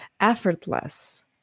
effortless